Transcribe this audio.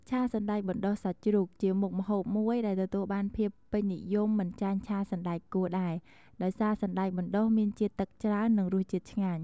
ឆាសណ្តែកបណ្តុះសាច់ជ្រូក ជាមុខម្ហូបមួយដែលទទួលបានភាពពេញនិយមមិនចាញ់ឆាសណ្តែកគួរដែរ ដោយសារសណ្តែកបណ្តុះមានជាតិទឹកច្រើន និងរសជាតិឆ្ងាញ់។